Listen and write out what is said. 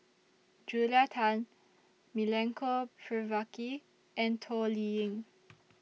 Julia Tan Milenko Prvacki and Toh Liying